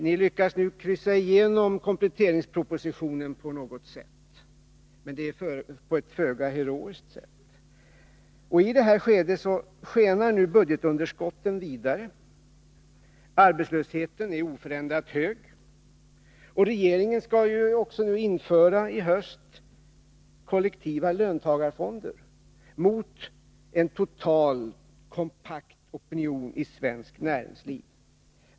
Ni lyckas nu kryssa er igenom kompletteringspropositionen på något sätt, men på ett föga heroiskt sätt. I detta skede skenar budgetunderskottet vidare. Arbetslösheten är oförändrat hög, och regeringen skall i höst också införa kollektiva löntagarfonder, mot en total, kompakt opinion i svenskt näringsliv.